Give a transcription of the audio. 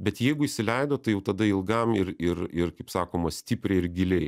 bet jeigu įsileido tai jau tada ilgam ir ir ir kaip sakoma stipriai ir giliai